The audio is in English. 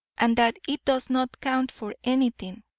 and that it does not count for anything!